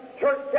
church